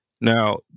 Now